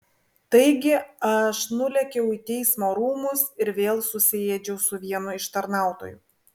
taigi aš nulėkiau į teismo rūmus ir vėl susiėdžiau su vienu iš tarnautojų